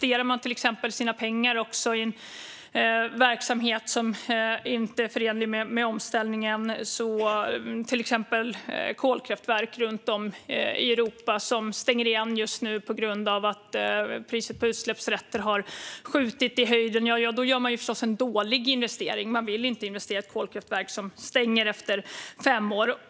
Om man till exempel investerar sina pengar i en verksamhet som inte är förenlig med omställningen, exempelvis i kolkraftverk runt om i Europa som stänger igen just nu på grund av att priset på utsläppsrätter har skjutit i höjden, gör man förstås en dålig investering. Man vill inte investera i ett kolkraftverk som stänger efter fem år.